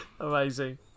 Amazing